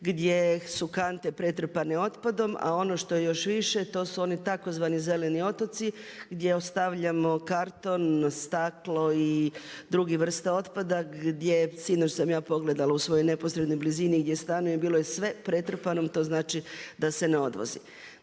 gdje su kante pretrpane otpadom a ono što je još više to su oni tzv. zeleni otoci gdje ostavljamo karton, staklo i druge vrste otpada gdje sinoć sam ja pogledala u svojoj neposrednoj blizini gdje stanujem bilo je sve pretrpano, to znači da se ne odvozi.